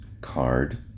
card